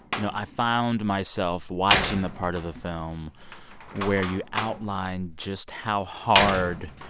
you know, i found myself watching the part of the film where you outlined just how hard